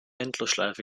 endlosschleife